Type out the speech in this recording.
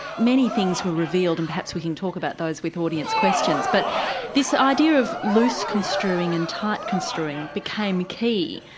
many things were revealed and perhaps we can talk about those with audience questions, but this idea of loose-construing and tight-construing became a key.